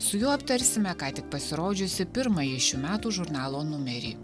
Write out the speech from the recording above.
su juo aptarsime ką tik pasirodžiusį pirmąjį šių metų žurnalo numerį